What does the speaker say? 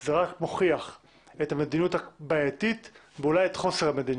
זה רק מוכיח את המדיניות הבעייתית ואולי את חוסר המדיניות.